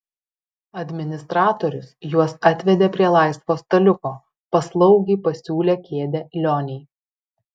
administratorius juos atvedė prie laisvo staliuko paslaugiai pasiūlė kėdę lionei